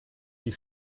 die